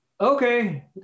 Okay